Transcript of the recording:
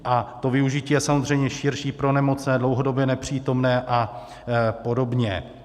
A to využití je samozřejmě širší pro nemocné, dlouhodobě nepřítomné a podobně.